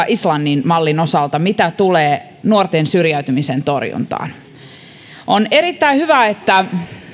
islannin mallin mitä tulee nuorten syrjäytymisen torjuntaan tuomisesta vahvasti suomalaiseen keskusteluun on erittäin hyvä että